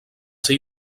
ser